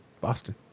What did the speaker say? boston